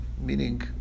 meaning